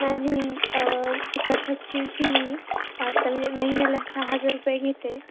माझी कथकची फी आता म्हणजे महिन्याला सहा हजार रुपये घेते